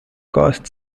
cost